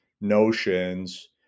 notions